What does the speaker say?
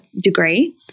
degree